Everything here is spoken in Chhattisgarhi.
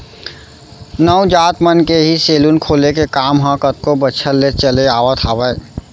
नाऊ जात मन के ही सेलून खोले के काम ह कतको बछर ले चले आवत हावय